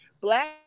black